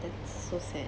that's so sad